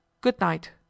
Good-night